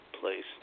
place